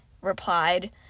replied